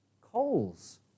coals